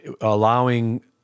allowing